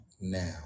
now